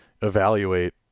evaluate